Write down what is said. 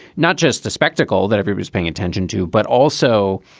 not just the spectacle that everybody's paying attention to, but also